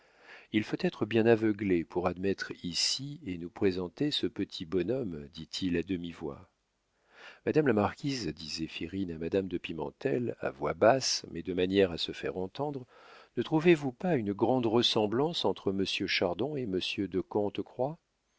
il faut être bien aveuglée pour admettre ici et nous présenter ce petit bonhomme dit-il à demi-voix madame la marquise dit zéphirine à madame de pimentel à voix basse mais de manière à se faire entendre ne trouvez-vous pas une grande ressemblance entre monsieur chardon et monsieur de